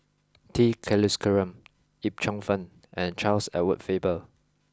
T Kulasekaram Yip Cheong Fun and Charles Edward Faber